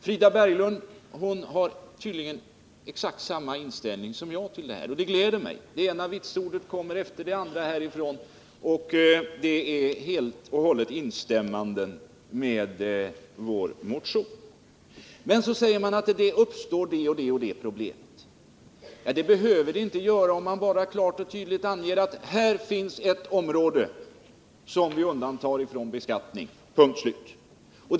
Frida Berglund har tydligen exakt samma inställning som jag till den här frågan, och det gläder mig. Här kommer det ena vitsordet efter det andra, och det är helt och hållet instämmanden med motionen. Men så säger man att det uppstår det och det problemet. Det behöver det inte göra, om man bara klart och tydligt anger att här finns ett område som vi undantar från beskattning — punkt och slut.